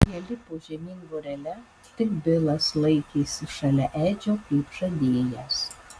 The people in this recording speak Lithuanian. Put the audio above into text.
jie lipo žemyn vorele tik bilas laikėsi šalia edžio kaip žadėjęs